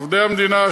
עובדי המדינה,